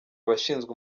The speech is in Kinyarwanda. abashinzwe